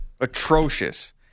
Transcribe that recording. atrocious